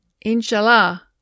inshallah